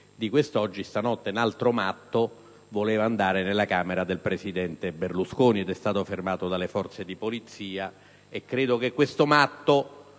di oggi: stanotte un altro matto voleva andare nella camera del presidente Berlusconi ed è stato fermato dalle forze di polizia. Credo che questo matto